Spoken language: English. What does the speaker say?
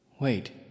Wait